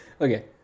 Okay